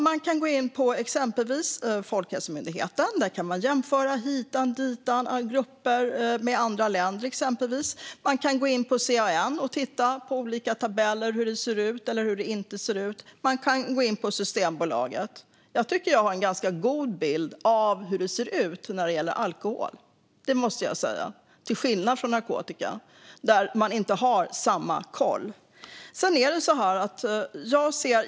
Man kan gå in hos Folkhälsomyndigheten och jämföra hitan och ditan i olika grupper och med andra länder. Man kan gå in hos CAN och titta på olika tabeller över hur det ser ut eller inte ser ut. Man kan också gå in hos Systembolaget. Jag tycker att jag har en ganska god bild av hur det ser ut när det gäller alkohol, måste jag säga, till skillnad från när det gäller narkotika, där man inte har samma koll.